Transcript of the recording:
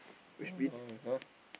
!walao eh! !huh!